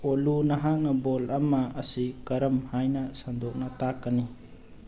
ꯑꯣꯜꯂꯨ ꯅꯍꯥꯛꯅ ꯕꯣꯜ ꯑꯃ ꯑꯁꯤ ꯀꯔꯝ ꯍꯥꯏꯅ ꯁꯟꯗꯣꯛꯅ ꯇꯥꯛꯀꯅꯤ